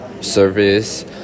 service